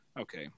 Okay